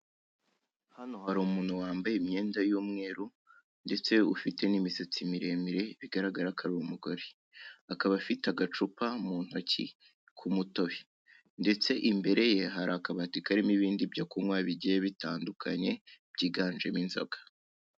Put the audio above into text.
Hano hari umuntu wambaye imyenda y'umweru ndetse ufite n'imisatsi miremire bigaragara ko ari umugore akaba afite agacupa mu ntoki k'umutobe, ndetse imbere ye hari akabati karimo ibindi byo kunywa bigiye bitandukanye byiganjemo inzoga.